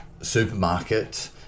supermarket